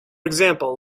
example